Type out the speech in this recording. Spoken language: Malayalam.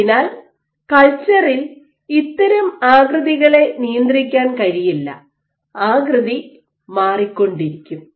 അതിനാൽ കൾച്ചറിൽ ഇത്തരം ആകൃതികളെ നിയന്ത്രിക്കാൻ കഴിയില്ല ആകൃതി മാറിക്കൊണ്ടിരിക്കും